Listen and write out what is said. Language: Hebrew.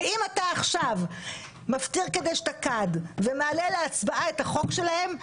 ואם אתה עכשיו מפטיר כדאשתקד ומעלה להצבעה את החוק שלהם,